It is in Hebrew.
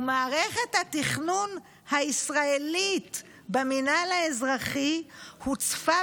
"ומערכת התכנון הישראלית במינהל האזרחי הוצפה